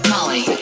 Molly